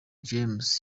james